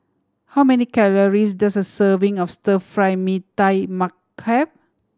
how many calories does a serving of Stir Fry Mee Tai Mak have